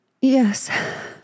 yes